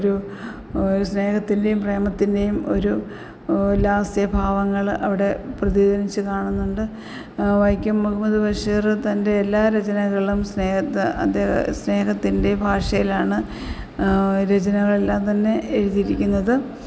ഒരു ഒരു സ്നേഹത്തിന്റെയും പ്രേമത്തിന്റെയും ഒരു ലാസ്യഭാവങ്ങൾ അവിടെ പ്രതിധ്വനിച്ച് കാണുന്നുണ്ട് വൈക്കം മുഹമ്മദ് ബഷീർ തന്റെ എല്ലാ രചനകളും സ്നേഹത്തെ അദ്ദേഹം സ്നേഹത്തിന്റെ ഭാഷയിലാണ് രചനകളെല്ലാം തന്നെ എഴുതിയിരിക്കുന്നത്